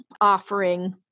offering